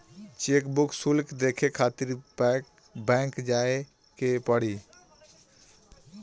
chequebook शुल्क देखे खातिर बैंक जाए के पड़ी